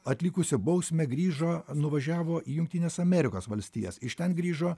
atlikusi bausmę grįžo nuvažiavo į jungtines amerikos valstijas iš ten grįžo